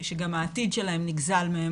שגם העתיד שלהם נגזל מהם